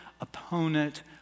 opponent